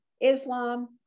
Islam